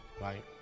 right